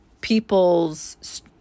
people's